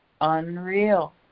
unreal